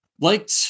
liked